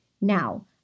Now